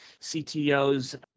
CTO's